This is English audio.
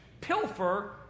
pilfer